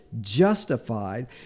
justified